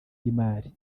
y’imari